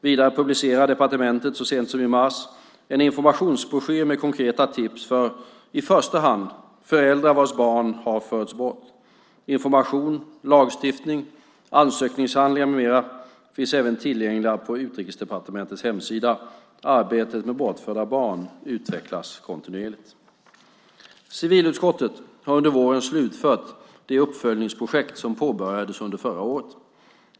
Vidare publicerade departementet så sent som i mars en informationsbroschyr med konkreta tips för, i första hand, föräldrar vars barn har förts bort. Information, lagstiftning, ansökningshandlingar med mera finns även tillgängliga på Utrikesdepartementets hemsida . Arbetet med bortförda barn utvecklas kontinuerligt. Civilutskottet har under våren slutfört det uppföljningsprojekt som påbörjades under förra året.